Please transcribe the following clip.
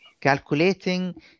calculating